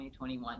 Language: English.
2021